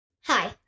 Hi